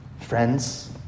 Friends